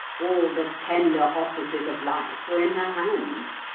all the tender offices of life were in her hands.